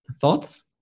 Thoughts